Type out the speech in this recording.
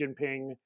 Jinping